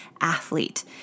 athlete